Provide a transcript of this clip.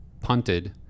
punted